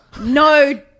No